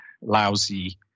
lousy